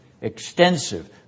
extensive